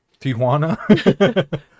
Tijuana